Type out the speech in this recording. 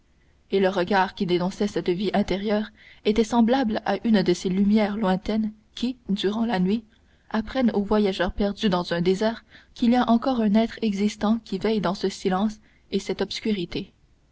et le regard qui dénonçait cette vie intérieure était semblable à une de ces lumières lointaines qui durant la nuit apprennent au voyageur perdu dans un désert qu'il y a encore un être existant qui veille dans ce silence et cette obscurité